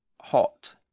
hot